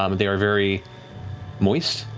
um they are very moist,